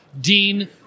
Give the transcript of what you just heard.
Dean